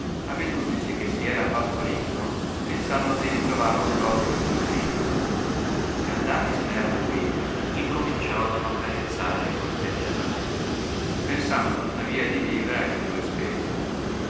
avedutisi che si era fatto ricco pensarono di ritrovarlo prodigo come prima e andatisene a lui il cominciorono carezzare e corteggiare pensando tuttavia di viver alle altrui spese